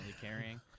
carrying